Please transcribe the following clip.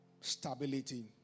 stability